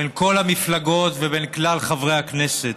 בין כל המפלגות ובין כלל חברי הכנסת,